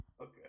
Okay